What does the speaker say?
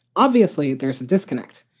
obviously, there's a disconnect.